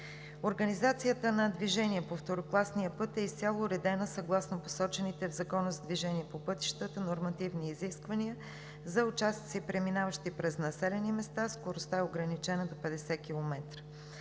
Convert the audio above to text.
Организацията на движение по второкласния път е изцяло уредена съгласно посочените от Закона за движение по пътищата нормативни изисквания – за участъци, преминаващи през населени места, скоростта е ограничена до 50 км.